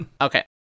Okay